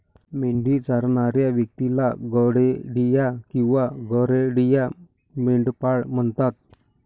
मेंढी चरणाऱ्या व्यक्तीला गडेडिया किंवा गरेडिया, मेंढपाळ म्हणतात